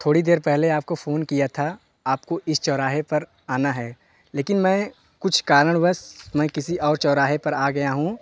थोड़ी देर पहले आपको फ़ोन किया था आपको इस चौराहे पर आना है लेकिन मैं कुछ कारणवश मैं किसी और चौराहे पर आ गया हूँ